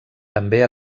també